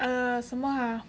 err 什么 !huh!